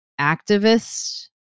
activists